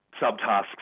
subtasks